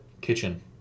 kitchen